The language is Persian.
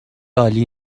عالی